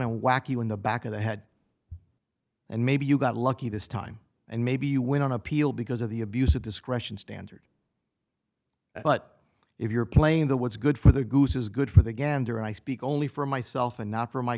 and whack you in the back of the head and maybe you got lucky this time and maybe you win on appeal because of the abuse of discretion standard but if you're playing the what's good for the goose is good for the gander i speak only for myself and not for my